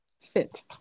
fit